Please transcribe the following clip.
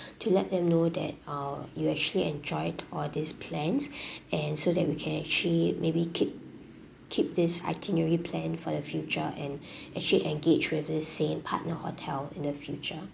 to let them know that uh you actually enjoyed all these plans and so that we can actually maybe keep keep this itinerary plan for the future and actually engage with the same partner hotel in the future